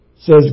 says